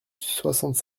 soixante